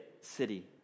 city